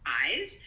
eyes